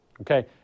Okay